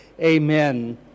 Amen